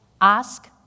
ask